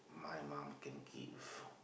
my mom can give